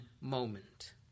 moment